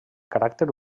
caràcter